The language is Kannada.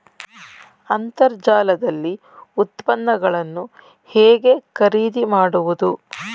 ಅಂತರ್ಜಾಲದಲ್ಲಿ ಉತ್ಪನ್ನಗಳನ್ನು ಹೇಗೆ ಖರೀದಿ ಮಾಡುವುದು?